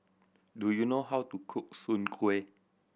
do you know how to cook Soon Kuih